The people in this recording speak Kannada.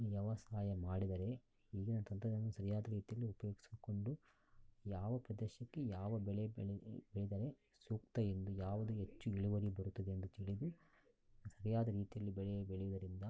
ವ್ಯವಸಾಯ ಮಾಡಿದರೆ ಈಗಿನ ತಂತ್ರಜ್ಞಾನವನ್ನು ಸರಿಯಾದ ರೀತಿಯಲ್ಲಿ ಉಪಯೋಗಿಸ್ಕೊಂಡು ಯಾವ ಪ್ರದೇಶಕ್ಕೆ ಯಾವ ಬೆಳೆ ಬೆಳೆದರೆ ಸೂಕ್ತ ಎಂದು ಯಾವುದು ಹೆಚ್ಚು ಇಳುವರಿ ಬರುತ್ತದೆ ಎಂದು ತಿಳಿದು ಸರಿಯಾದ ರೀತಿಯಲ್ಲಿ ಬೆಳೆ ಬೆಳೆಯೋದರಿಂದ